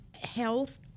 health